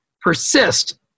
persist